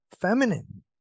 feminine